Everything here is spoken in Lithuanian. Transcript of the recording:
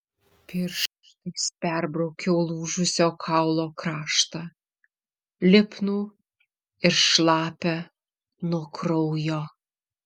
pirštais perbraukiau lūžusio kaulo kraštą lipnų ir šlapią nuo kraujo